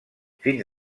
fins